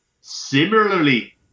Similarly